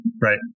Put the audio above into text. Right